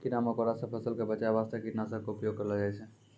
कीड़ा मकोड़ा सॅ फसल क बचाय वास्तॅ कीटनाशक के उपयोग करलो जाय छै